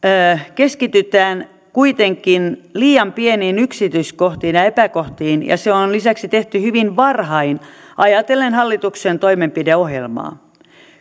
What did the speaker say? keskitytään kuitenkin liian pieniin yksityiskohtiin ja ja epäkohtiin ja se on lisäksi tehty hyvin varhain ajatellen hallituksen toimenpideohjelmaa